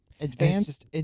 Advanced